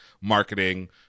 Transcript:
marketing